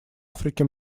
африке